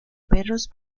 perros